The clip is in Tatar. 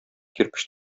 кирпеч